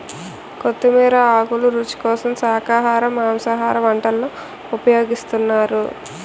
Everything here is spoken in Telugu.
కొత్తిమీర ఆకులు రుచి కోసం శాఖాహార మాంసాహార వంటల్లో ఉపయోగిస్తున్నారు